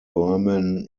berman